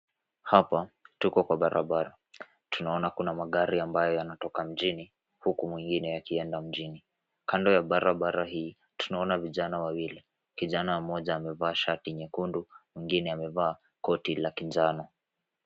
Hapa tuko kwa barabara. Tunaona kuna magari ambayo yanatoka mjini, huku mengine yakienda mjini. Kando ya barabara hii tunaona vijana wawili. Kijana mmoja amevaa shati nyekundu mwingine amevaa koti la kinjano.